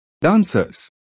dancers